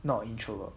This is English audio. not introvert